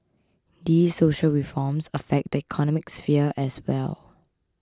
these social reforms affect the economic sphere as well